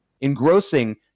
engrossing